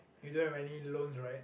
you don't have any loans right